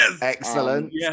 Excellent